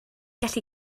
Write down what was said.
gallu